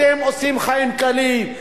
אתם עושים חיים קלים.